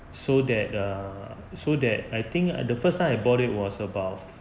so that err so that I think at the first time I bought it was about